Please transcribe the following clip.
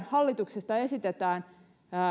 hallituksesta esitetään